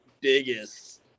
biggest